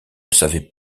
savait